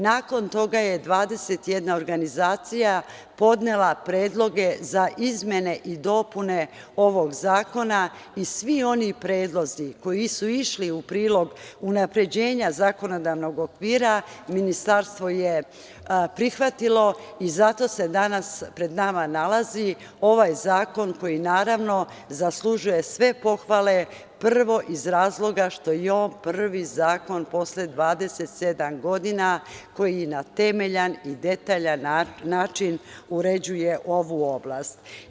Nakon toga je 21 organizacija podnela predloge za izmene i dopune ovog zakona i svi oni predlozi koji su išli u prilog unapređenja zakonodavnog okvira Ministarstvo je prihvatilo i zato se danas pred nama nalazi ovaj zakon koji, naravno, zaslužuje sve pohvale, prvo iz razloga što je on prvi zakon posle 27 godina koji na temeljan i detaljan način uređuje ovu oblast.